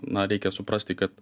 na reikia suprasti kad